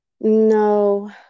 No